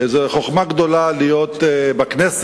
זה חוכמה גדולה להיות בכנסת,